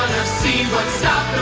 see what sop